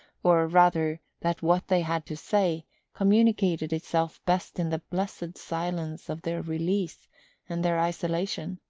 or rather that what they had to say communicated itself best in the blessed silence of their release and their isolation.